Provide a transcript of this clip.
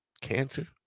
cancer